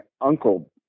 uncle